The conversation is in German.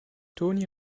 toni